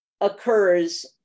occurs